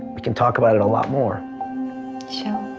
we can talk about it a lot more. show